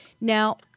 Now